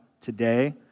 today